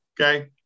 okay